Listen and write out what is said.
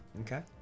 Okay